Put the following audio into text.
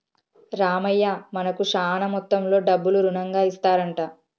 రామయ్య మనకు శాన మొత్తంలో డబ్బులు రుణంగా ఇస్తారంట